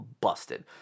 busted